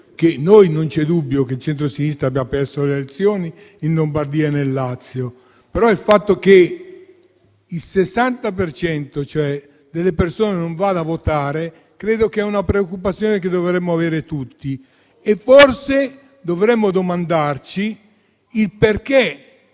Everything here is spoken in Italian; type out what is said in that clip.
Non c'è dubbio che il centrosinistra abbia perso le elezioni in Lombardia e nel Lazio. Ma il fatto che il 60 per cento delle persone non vada a votare desta una preoccupazione che dovrebbe interessare tutti. E forse dovremmo domandarci perché